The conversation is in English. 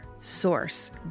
source